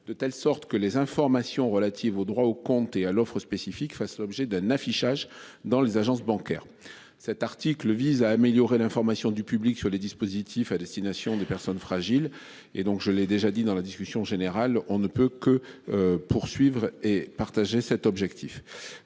de telle sorte que les informations relatives au droit au compte et à l'offre spécifique fasse l'objet d'un affichage dans les agences bancaires. Cet article vise à améliorer l'information du public sur les dispositifs à destination des personnes fragiles et donc je l'ai déjà dit dans la discussion générale, on ne peut que. Poursuivre et partager cet objectif